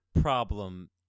problem